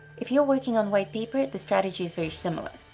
if you're working on white paper the strategy is very similar,